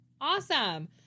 Awesome